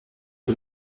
and